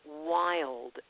wild